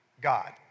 God